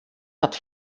hat